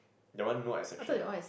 that one no exception lah